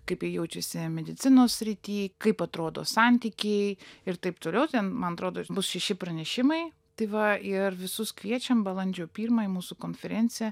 kaip jie jaučiasi medicinos srity kaip atrodo santykiai ir taip toliau ten man atrodo bus šeši pranešimai tai va ir visus kviečiam balandžio pirmą į mūsų konferenciją